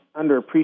underappreciated